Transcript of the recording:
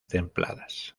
templadas